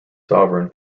sovereign